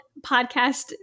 podcast